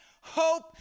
hope